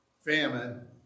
famine